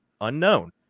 Unknown